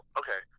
okay